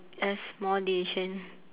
a small decision